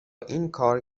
اینکار